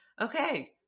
okay